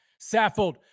Saffold